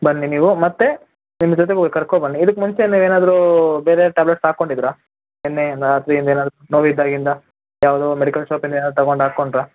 ಬನ್ನಿ ನೀವು ಮತ್ತು ನಿಮ್ಮ ಜೊತೆಗೊಬ್ರು ಕರ್ಕೊಂಬನ್ನಿ ಇದಕ್ಕೆ ಮುಂಚೆ ನೀವೇನಾದರೂ ಬೇರೆ ಟ್ಯಾಬ್ಲೆಟ್ಸ್ ಹಾಕ್ಕೊಂಡಿದ್ದಿರಾ ನಿನ್ನೆ ರಾತ್ರಿಯಿಂದ ಏನಾದ್ರೂ ನೋವಿದ್ದಾಗಿಂದ ಯಾವುದೋ ಮೆಡಿಕಲ್ ಶಾಪಿಂದ ಏನಾರೂ ತಗೊಂಡು ಹಾಕ್ಕೊಂಡ್ರಾ